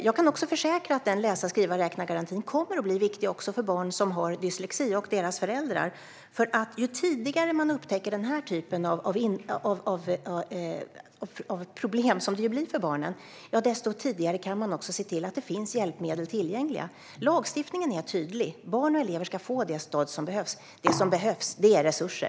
Jag kan försäkra att läsa-skriva-räkna-garantin kommer att bli viktig också för barn som har dyslexi och deras föräldrar, för att ju tidigare man upptäcker den här typen av problem, som det ju blir för barnen, desto tidigare kan man se till att det finns hjälpmedel tillgängliga. Lagstiftningen är tydlig: Barn och elever ska få det stöd som behövs. Det som behövs är resurser.